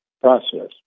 process